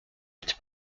l’êtes